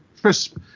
Crisp